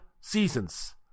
seasons